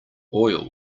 oil